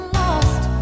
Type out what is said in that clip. lost